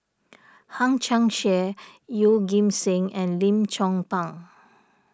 Hang Chang Chieh Yeoh Ghim Seng and Lim Chong Pang